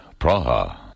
Praha